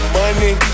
money